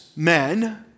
Men